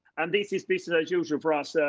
and this is business as usual for us. ah